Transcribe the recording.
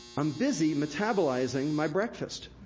i'm busy metabolizing my breakfast.